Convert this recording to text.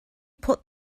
put